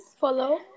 follow